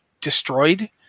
destroyed